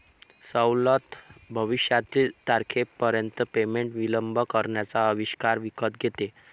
सवलत भविष्यातील तारखेपर्यंत पेमेंट विलंब करण्याचा अधिकार विकत घेते